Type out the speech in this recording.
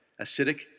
acidic